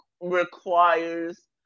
requires